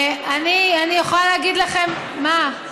אני יכולה להגיד לכם, מה,